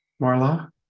Marla